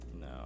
No